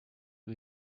you